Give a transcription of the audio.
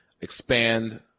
Expand